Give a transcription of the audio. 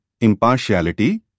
impartiality